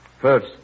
First